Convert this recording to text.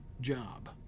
job